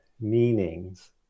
meanings